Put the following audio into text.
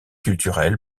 culturel